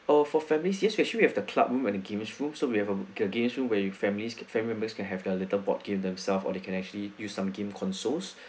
oh for families yes we actually have the club room and a games room so we have a games room where you families families can have their little board game themselves or they can actually use some game consoles